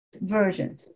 Version